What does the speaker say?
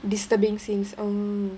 disturbing scenes orh